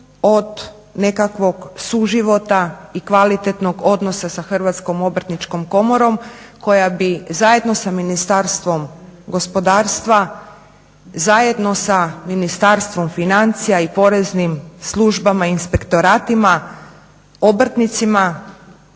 od nekakvog suživota i kvalitetnog odnosa sa Hrvatskom obrtničkom komorom koja bi zajedno sa Ministarstvom gospodarstva, zajedno sa Ministarstvom financija i poreznim službama i inspektoratima obrtnicima